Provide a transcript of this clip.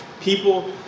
People